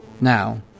Now